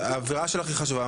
האמירה שלך היא חשובה,